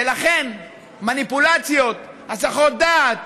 ולכן מניפולציות, הסחות דעת,